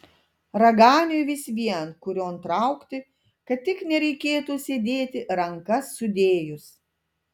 raganiui vis vien kurion traukti kad tik nereikėtų sėdėti rankas sudėjus